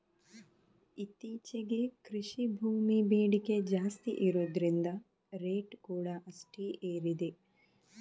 ಇತ್ತೀಚೆಗೆ ಕೃಷಿ ಭೂಮಿ ಬೇಡಿಕೆ ಜಾಸ್ತಿ ಇರುದ್ರಿಂದ ರೇಟ್ ಕೂಡಾ ಅಷ್ಟೇ ಏರಿದೆ